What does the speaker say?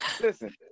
Listen